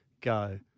go